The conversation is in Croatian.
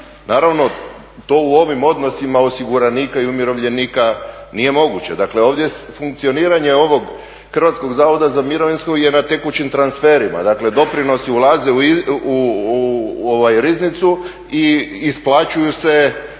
Naravno, to u ovim odnosima osiguranika i umirovljenika nije moguće. Dakle, ovdje funkcioniranje ovog Hrvatskog zavoda za mirovinsko je na tekućim transferima, dakle doprinosi ulaze u riznicu i isplaćuju se